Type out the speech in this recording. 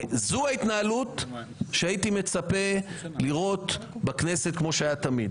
זאת ההתנהלות שהייתי מצפה לראות בכנסת כמו שהיה תמיד.